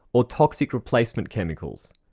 or toxic replacement chemicals.